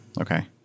Okay